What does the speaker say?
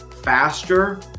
faster